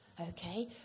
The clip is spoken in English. Okay